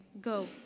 Go